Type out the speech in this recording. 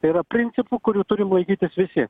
tai yra principų kurių turim laikytis visi